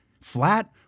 flat